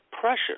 pressure